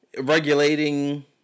Regulating